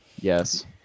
Yes